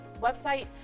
website